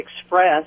Express